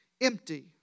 empty